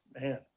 man